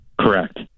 Correct